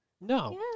No